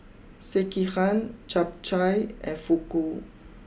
Sekihan Japchae and Fugu